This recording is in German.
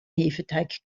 hefeteig